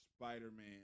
Spider-Man